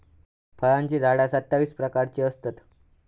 फळांची झाडा सत्तावीस प्रकारची असतत